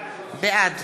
בעד